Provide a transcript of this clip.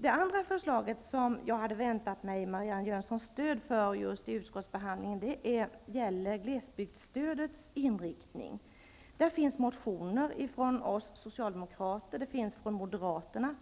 Det andra förslaget som jag hade väntat mig Marianne Jönssons stöd för i utskottsbehandlingen gäller glesbygdsstödets inriktning. I den frågan finns motioner från oss socialdemokrater samt från motionerna